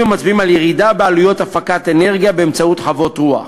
המצביעים על ירידה בעלויות הפקת אנרגיה באמצעות חוות רוח.